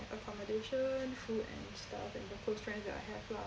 accommodation food and stuff and the close friends that I have lah